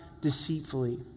deceitfully